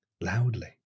loudly